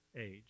age